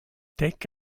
take